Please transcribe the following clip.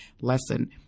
lesson